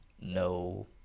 No